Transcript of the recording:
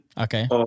okay